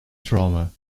trauma